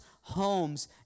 homes